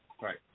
Right